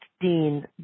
Dean